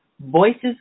Voices